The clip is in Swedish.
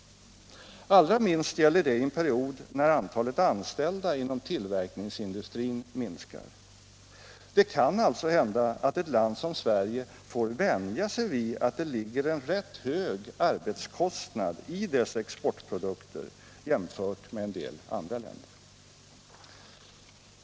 Allra minst gäller det i en period när antalet anställda inom tillverkningsindustrin minskar. Det kan alltså hända att ett land som Sverige får vänja sig vid att det ligger en rätt hög arbetskostnad i dess exportprodukter jämfört med en del andra länder.